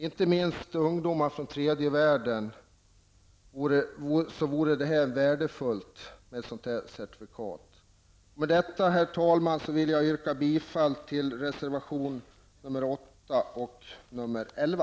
Ett sådant certifikat vore värdefullt, inte minst för ungdomar från tredje världen. Med detta, herr talman, vill jag yrka bifall till reservationerna 8 och 11.